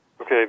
Okay